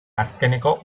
azkeneko